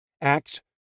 Acts